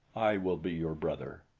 i will be your brother.